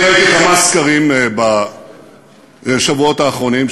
אני ראיתי כמה סקרים בשבועות האחרונים,